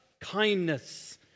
kindness